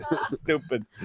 Stupid